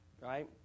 right